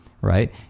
right